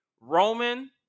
Roman